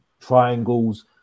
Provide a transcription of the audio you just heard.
triangles